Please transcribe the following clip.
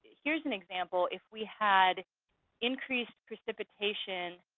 here's an example if we had increased precipitation,